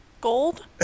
Gold